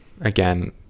again